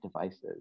devices